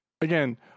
again